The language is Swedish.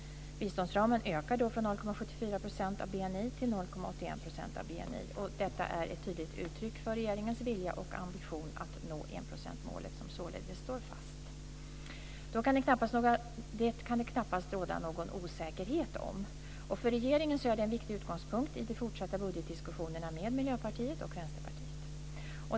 Biståndsramen ökar då från 0,74 % av BNI till 0,81 % av BNI. Detta är ett tydligt uttryck för regeringens vilja och ambition att nå enprocentsmålet, som således står fast. Det kan det knappast råda någon osäkerhet om. För regeringen är det en viktig utgångspunkt i de fortsatta budgetdiskussionerna med Miljöpartiet och Vänsterpartiet.